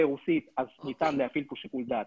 רוסית אז ניתן להפעיל פה שיקול דעת,